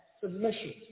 submission